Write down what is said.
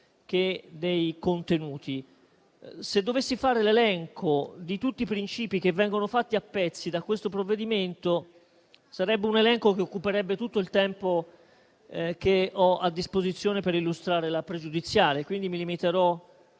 Se dovessi fare l'elenco di tutti i principi che vengono fatti a pezzi da questo provvedimento, esso occuperebbe tutto il tempo che ho a disposizione per illustrare la questione pregiudiziale. Mi limiterò